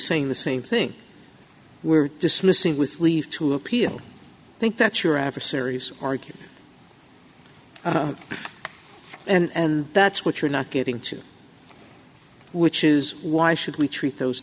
saying the same thing we're dismissing with leave to appeal i think that's your adversary's argument and that's what you're not getting to which is why should we treat those